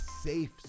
safe